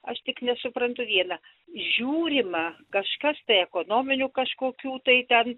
aš tik nesuprantu vieną žiūrima kažkas tai ekonominių kažkokių tai ten